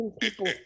people